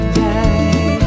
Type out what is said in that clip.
die